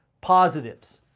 positives